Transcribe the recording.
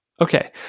Okay